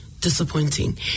disappointing